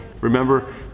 Remember